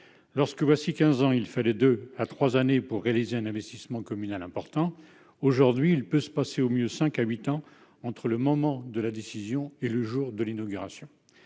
Lorsque, voici quinze ans, il fallait deux à trois années pour réaliser un investissement communal important, aujourd'hui, il peut se passer au mieux cinq à huit ans entre le moment de la décision et l'inauguration.